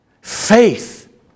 Faith